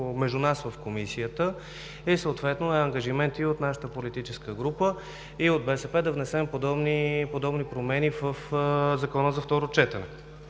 между нас в Комисията и съответно е ангажимент и от нашата политическа група, и от БСП да внесем подобни промени в Закона за второ четене.